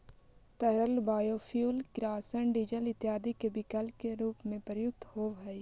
तरल बायोफ्यूल किरासन, डीजल इत्यादि के विकल्प के रूप में प्रयुक्त होवऽ हई